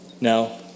Now